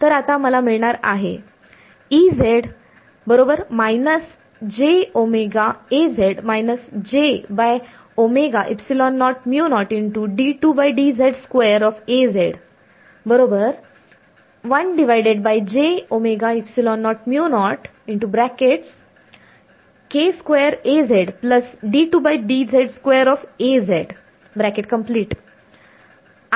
तर आता मला मिळणार आहे आता काय